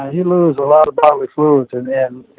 he lose a lot of bodily fluids and, and,